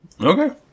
Okay